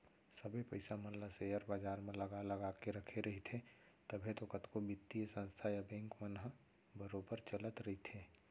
सबे पइसा मन ल सेयर बजार म लगा लगा के रखे रहिथे तभे तो कतको बित्तीय संस्था या बेंक मन ह बरोबर चलत रइथे